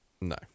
No